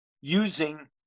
using